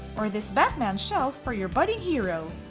or this batman shelf for your budding hero!